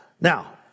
Now